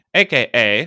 aka